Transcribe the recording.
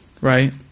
right